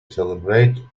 celebrate